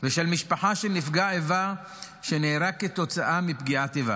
ושל משפחה של נפגע איבה שנהרג כתוצאה מפעולת איבה.